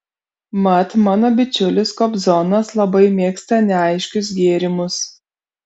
mat mano bičiulis kobzonas labai mėgsta neaiškius gėrimus